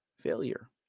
failure